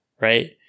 right